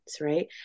right